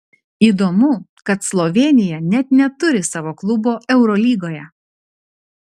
įdomu kad slovėnija net neturi savo klubo eurolygoje